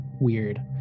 weird